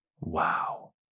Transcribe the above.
Wow